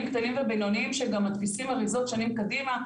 קונים ובינוניים שגם מדפיסים אריזות שנים קדימה,